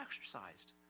exercised